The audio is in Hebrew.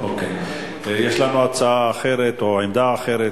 יש לנו הצעה אחרת או עמדה אחרת,